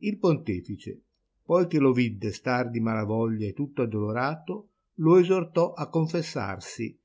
il pontefice poi che lo vidde star di mala voglia e tutto addolorato lo esortò a confessarsi